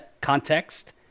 context